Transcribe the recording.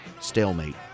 stalemate